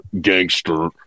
gangster